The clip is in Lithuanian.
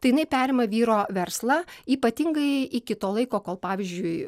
tai jinai perima vyro verslą ypatingajai iki to laiko kol pavyzdžiui